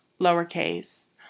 lowercase